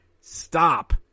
Stop